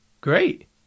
Great